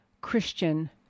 Christian